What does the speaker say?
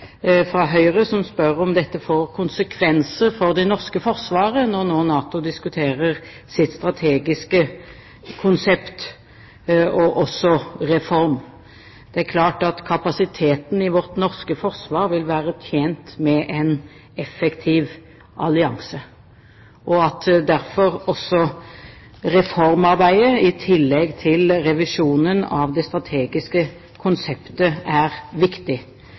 Høyre, som spør om det får konsekvenser for det norske forsvaret når NATO nå diskuterer sitt strategiske konsept og også reform, at det er klart at kapasiteten i vårt norske forsvar vil være tjent med en effektiv allianse, og at derfor også reformarbeidet, i tillegg til revisjonen av det strategiske konseptet, er viktig.